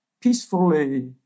peacefully